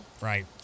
Right